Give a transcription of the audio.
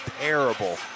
terrible